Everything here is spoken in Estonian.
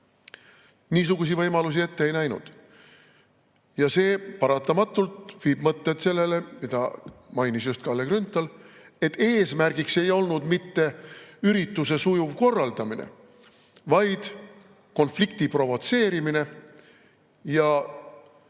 niisugusi võimalusi ette ei näinud. Ja see paratamatult viib mõtted sellele, mida mainis just Kalle Grünthal, et eesmärk ei olnud mitte ürituse sujuv korraldamine, vaid konflikti provotseerimine ja